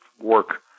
work